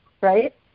Right